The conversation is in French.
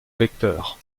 vecteur